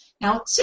Now